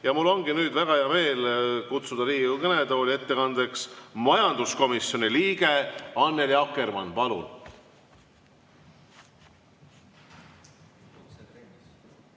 Mul ongi nüüd väga hea meel kutsuda Riigikogu kõnetooli ettekandeks majanduskomisjoni liige Annely Akkermann. Palun!